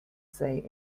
say